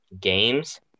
Games